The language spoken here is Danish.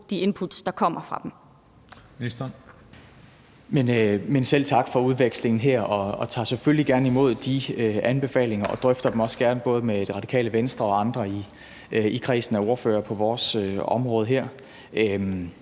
de input, der kommer fra dem.